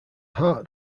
heart